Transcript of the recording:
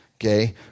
Okay